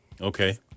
Okay